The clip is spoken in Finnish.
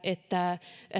että